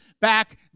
back